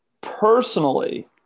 personally